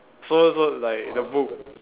so so like the book